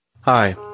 Hi